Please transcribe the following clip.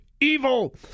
evil